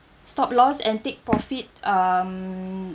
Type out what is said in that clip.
stopped loss and take profit um